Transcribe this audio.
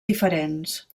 diferents